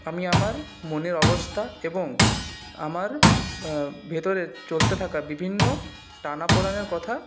আমি আমার মনের অবস্থা এবং আমার ভেতরের চলতে থাকা বিভিন্ন টানাপোড়েনের কথা